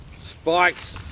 spikes